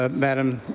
ah madam